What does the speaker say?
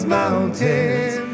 mountains